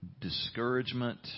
discouragement